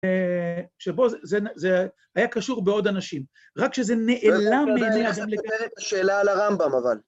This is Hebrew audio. ‫שבו, זה היה קשור בעוד אנשים. ‫רק כשזה נעלם מזה... - השאלה ‫על הרמב״ם, אבל...